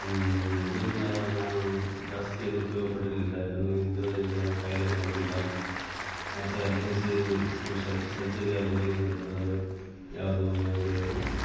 ಇದರಿಂದ ನಾನು ಜಾಸ್ತಿ ಏನೂ ಉಪಯೋಗ ಪಡೀಲಿಲ್ಲ ಯಾಕಂದ್ರ್ ನನಗೆ ದೇವ್ರ ದಯೆಯಿಂದ ಯಾವುದೂ ಕಾಯ್ಲೆಯೂ ಬಂದಿಲ್ಲ ಆ ಥರ ಎಮರ್ಜೆನ್ಸೀ ಸಿಟುವೇಶ್ ಸರ್ಜರಿ ಆಗಲಿ ಅಂಥದ್ದು ಯಾವುದೂ ನನಗೆ